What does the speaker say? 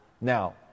Now